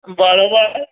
બરાબર